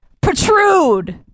Protrude